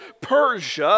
Persia